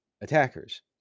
attackers